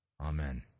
Amen